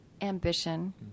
ambition